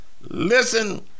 Listen